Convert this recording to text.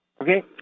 Okay